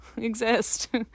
exist